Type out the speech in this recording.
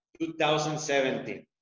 2017